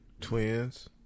twins